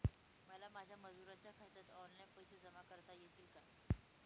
मला माझ्या मजुरांच्या खात्यात ऑनलाइन पैसे जमा करता येतील का?